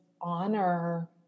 honor